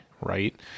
right